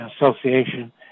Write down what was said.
Association